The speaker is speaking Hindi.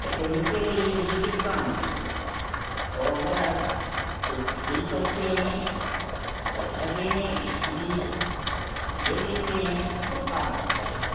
टटोलते रहिए लेकिन काम नहीं होगा और अगर आप कुछ कुछ ढील करते हैं पैसा देने के लिए दे देते हैं तो काम हो जाएगा